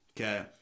Okay